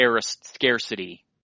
scarcity